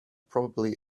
probably